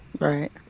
Right